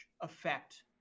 effect